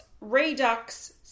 Redux